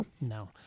No